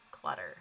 clutter